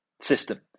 system